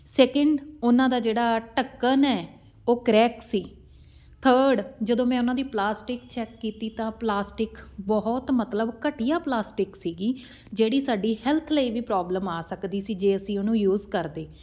second ਉਹਨਾਂ ਦਾ ਜਿਹੜਾ ਢੱਕਣ ਹੈ ਉਹ ਕਰੈਕ ਸੀ ਥਰਡ ਜਦੋਂ ਮੈਂ ਉਹਨਾਂ ਦੀ ਪਲਾਸਟਿਕ ਚੈੱਕ ਕੀਤੀ ਤਾਂ ਪਲਾਸਟਿਕ ਬਹੁਤ ਮਤਲਬ ਘਟੀਆ ਪਲਾਸਟਿਕ ਸੀਗੀ ਜਿਹੜੀ ਸਾਡੀ ਹੈਲਥ ਲਈ ਵੀ ਪ੍ਰੋਬਲਮ ਆ ਸਕਦੀ ਸੀ ਜੇ ਅਸੀਂ ਉਹਨੂੰ ਯੂਜ ਕਰਦੇ